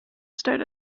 start